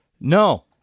No